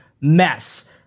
mess